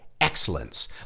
excellence